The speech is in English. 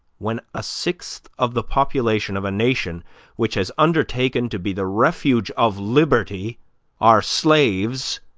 when a sixth of the population of a nation which has undertaken to be the refuge of liberty are slaves,